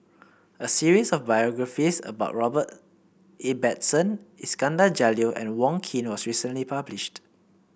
a series of biographies about Robert Ibbetson Iskandar Jalil and Wong Keen was recently published